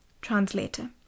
Translator